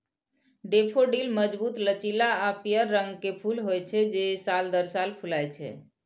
daffodil मजबूत, लचीला आ पीयर रंग के फूल होइ छै, जे साल दर साल फुलाय छै